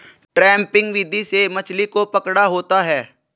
trapping विधि से मछली को पकड़ा होता है